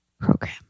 program